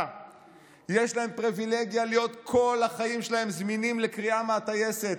יש להם פריבילגיה להיות כל החיים שלהם זמינים לקריאה מהטייסת,